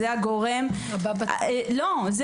והוא הגורם העיקרי,